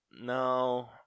No